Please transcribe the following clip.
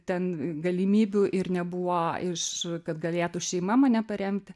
ten galimybių ir nebuvo iš kad galėtų šeima mane paremti